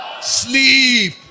Sleep